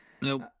Nope